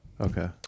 Okay